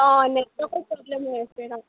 অঁ নেটৱৰ্কৰ প্ৰ'ব্লেম হৈ আছে